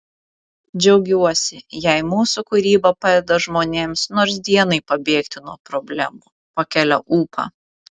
džiaugiuosi jei mūsų kūryba padeda žmonėms nors dienai pabėgti nuo problemų pakelia ūpą